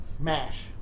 MASH